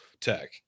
tech